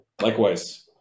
Likewise